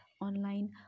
online